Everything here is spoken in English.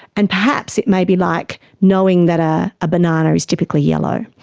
and perhaps it may be like knowing that a ah banana is typically yellow.